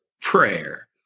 prayer